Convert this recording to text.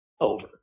over